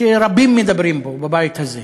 שרבים מדברים בו בבית הזה,